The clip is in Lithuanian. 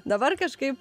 dabar kažkaip